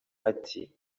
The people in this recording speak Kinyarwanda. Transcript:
ati